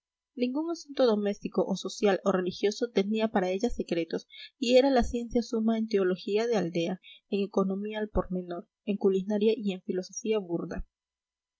ningún asunto doméstico o social o religioso tenía para ella secretos y era la ciencia suma en teología de aldea en economía al pormenor en culinaria y en filosofía burda